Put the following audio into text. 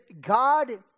God